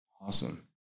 Awesome